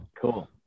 cool